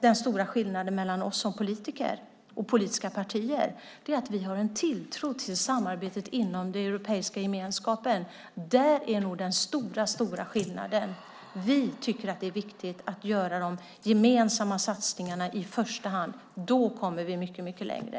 Den stora skillnaden mellan våra politiska partier är att vi har en tilltro till samarbetet inom den europeiska gemenskapen. Det är den stora skillnaden. Vi tycker att det är viktigt att göra gemensamma satsningar i första hand. Då kommer vi mycket längre.